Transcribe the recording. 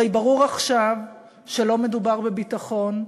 הרי ברור עכשיו שלא מדובר בביטחון,